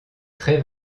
très